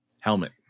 helmet